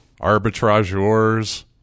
arbitrageurs